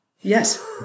Yes